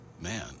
Man